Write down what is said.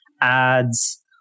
ads